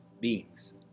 beings